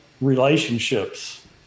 relationships